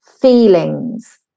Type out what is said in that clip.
feelings